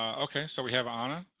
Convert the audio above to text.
ok, so we have ana.